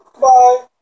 bye